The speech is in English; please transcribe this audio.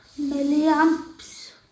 milliamps